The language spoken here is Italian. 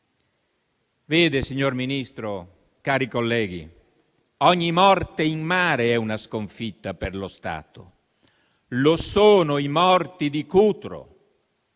Signor Ministro, cari colleghi, ogni morte in mare è una sconfitta per lo Stato. Lo sono i morti di Cutro